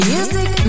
Music